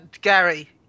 gary